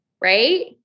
Right